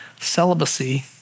celibacy